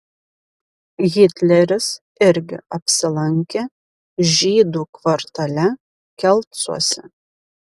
hitleris irgi apsilankė žydų kvartale kelcuose